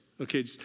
Okay